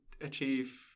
achieve